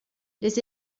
les